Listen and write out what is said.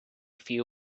few